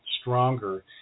stronger